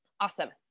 Awesome